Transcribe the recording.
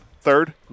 Third